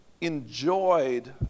enjoyed